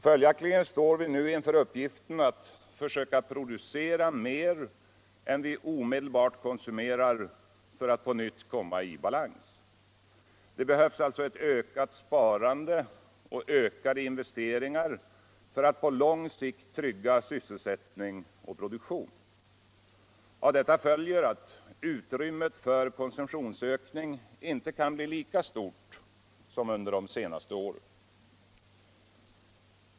Följaktligen står vi nu inför uppgiften a försöka producera mer än vi omedelbart konsumerar för att på nytt komma i bulans. Det behövs alltså ett ökat sparande och ökade investeringar för att på lang sikt trygga sysselsättning och produktion. Av detta följer att utrymmet för konsumtionsökning inte kan bli lika stort som under de senaste ären.